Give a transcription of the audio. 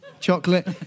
chocolate